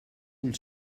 ull